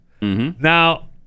Now